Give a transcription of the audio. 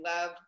love